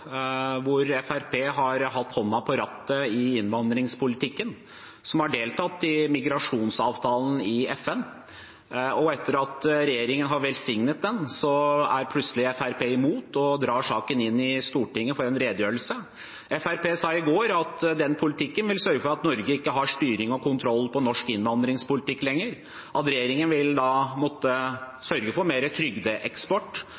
har hatt hånden på rattet i innvandringspolitikken, har vært med på migrasjonsavtalen i FN, og etter at regjeringen har velsignet den, er plutselig Fremskrittspartiet imot og drar saken inn i Stortinget for en redegjørelse. Fremskrittspartiet sa i går at den politikken vil sørge for at Norge ikke har styring og kontroll på norsk innvandringspolitikk lenger, at regjeringen da vil